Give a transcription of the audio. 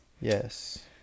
Yes